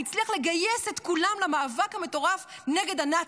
והצליח לגייס את כולם למאבק המטורף נגד הנאצים.